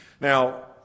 Now